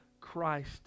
Christ